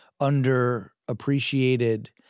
underappreciated